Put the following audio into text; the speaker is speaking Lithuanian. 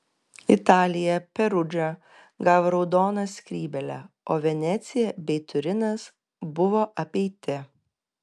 italija perudža gavo raudoną skrybėlę o venecija bei turinas buvo apeiti